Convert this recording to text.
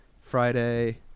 Friday